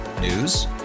News